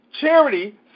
Charity